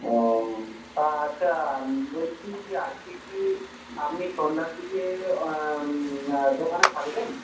ও তা আচ্ছা বলছি আজকে কি আপনি সন্ধ্যার দিকে দোকানে থাকবেন